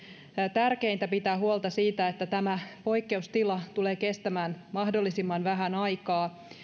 tärkeintä pitää huolta siitä että tämä poikkeustila tulee kestämään mahdollisimman vähän aikaa